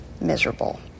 miserable